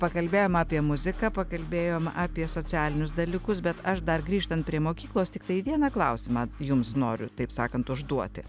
pakalbėjom apie muziką pakalbėjom apie socialinius dalykus bet aš dar grįžtant prie mokyklos tiktai vieną klausimą jums noriu taip sakant užduoti